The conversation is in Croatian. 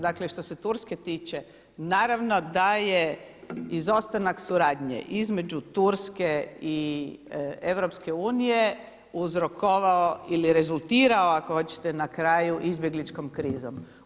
Dakle što se Turske tiče naravno da je izostanak suradnje između Turske i EU uzrokovao ili rezultirao ako hoćete na kraju izbjegličkom krizom.